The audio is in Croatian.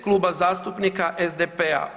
Kluba zastupnika SDP-a.